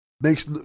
makes